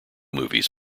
movies